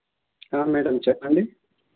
madam చెప్పండి